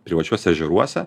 privačiuose ežeruose